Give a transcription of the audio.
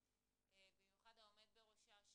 במיוחד העומד בראשה,